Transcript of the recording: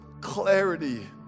clarity